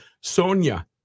Sonia